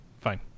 fine